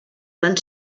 van